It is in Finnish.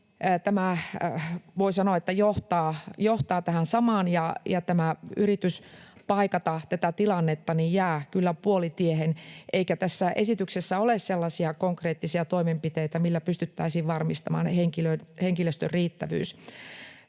tämä, voi sanoa, johtaa tähän samaan ja tämä yritys paikata tätä tilannetta jää kyllä puolitiehen, eikä tässä esityksessä ole sellaisia konkreettisia toimenpiteitä, millä pystyttäisiin varmistamaan henkilöstön riittävyys.